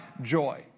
joy